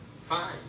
Fine